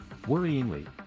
Worryingly